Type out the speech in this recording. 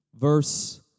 Verse